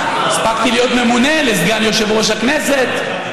הספקתי להיות ממונה לסגן יושב-ראש הכנסת,